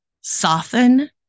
Soften